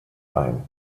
ein